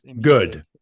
good